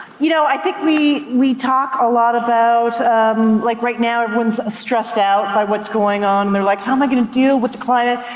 you know, i think we we talk a lot about um like right now, everyone's stressed out by what's going on, they're like, how am i gonna deal with the climate?